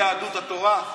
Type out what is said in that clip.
ביהדות התורה.